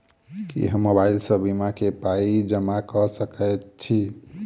की हम मोबाइल सअ बीमा केँ पाई जमा कऽ सकैत छी?